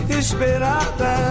esperada